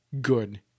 good